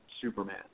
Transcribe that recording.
Superman